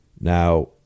Now